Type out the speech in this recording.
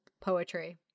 poetry